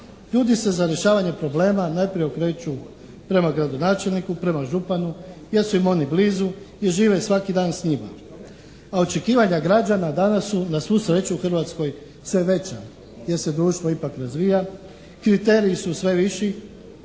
Ljudi se za rješavanje problema najprije okreću prema gradonačelniku, prema županu jer su im oni blizu i žive svaki dan s njima. A očekivanja građana danas su na svu sreću u Hrvatskoj sve veća jer se društvo ipak razvija, kriteriji su sve viši